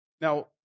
Now